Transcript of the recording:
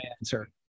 answer